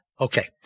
Okay